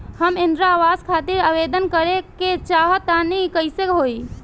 हम इंद्रा आवास खातिर आवेदन करे क चाहऽ तनि कइसे होई?